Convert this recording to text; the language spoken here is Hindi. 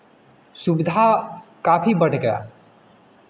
सुविधा काफ़ी बढ़ गया